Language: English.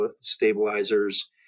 stabilizers